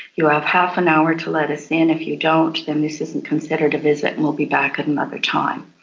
you have half an hour to let us in. if you don't, then this isn't considered a visit, and we'll be back at another time.